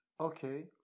Okay